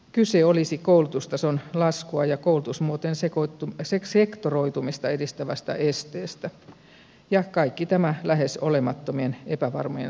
kyse olisi koulutustason laskua ja koulutusmuotojen sektoroitumista edistävästä esteestä ja kaikki tämä lähes olemattomien epävarmojen säästöjen tähden